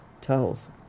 tells